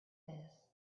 this